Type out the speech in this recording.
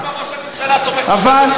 אבל, למה ראש הממשלה תומך בשתי מדינות?